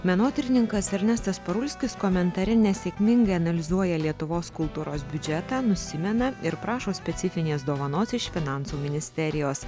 menotyrininkas ernestas parulskis komentare nesėkmingai analizuoja lietuvos kultūros biudžetą nusimena ir prašo specifinės dovanos iš finansų ministerijos